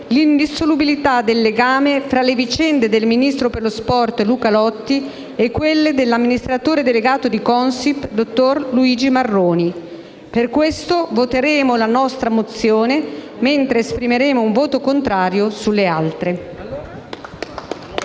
l'indissolubilità del legame tra le vicende del ministro per lo sport Luca Lotti e quelle dell'amministratore delegato di Consip, dottor Luigi Marroni. Per questo, voteremo a favore della nostra mozione, mentre esprimeremo un voto contrario sulle altre.